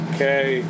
Okay